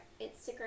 instagram